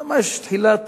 ממש תחילת